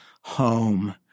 home